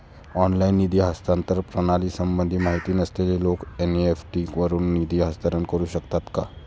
Online निधी हस्तांतरण प्रणालीसंबंधी माहिती नसलेले लोक एन.इ.एफ.टी वरून निधी हस्तांतरण करू शकतात का?